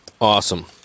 Awesome